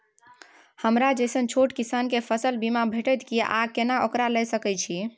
हमरा जैसन छोट किसान के फसल बीमा भेटत कि आर केना ओकरा लैय सकैय छि?